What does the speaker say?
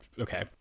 okay